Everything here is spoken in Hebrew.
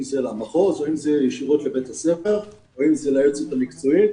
אם זה למחוז או אם זה ישירות לבית הספר או אם זה ליועצת המקצועית.